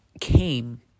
came